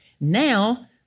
now